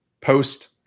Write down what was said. post